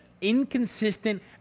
inconsistent